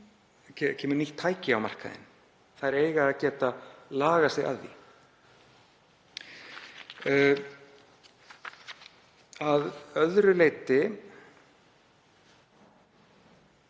kemur nýtt tæki á markaðinn. Þær eiga að geta lagað sig að því. Það kom fram